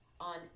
on